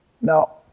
Now